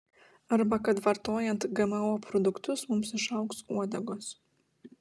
arba kad vartojant gmo produktus mums išaugs uodegos